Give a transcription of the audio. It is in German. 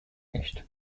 nicht